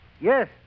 Yes